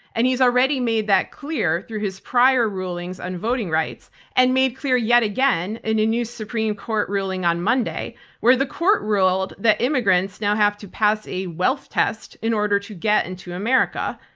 and he's already made that clear through his prior rulings on voting rights and made clear yet again in a new supreme court ruling on monday where the court ruled that immigrants now have to pass a wealth test in order to get into america.